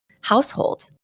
household